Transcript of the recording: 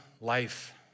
life